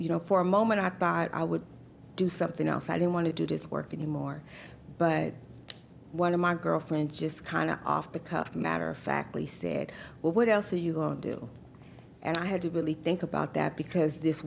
you know for a moment i bought i would do something else i don't want to do this work anymore but one of my girlfriends just kind of off the cuff matter of fact lee said well what else are you going to do and i had to really think about that because this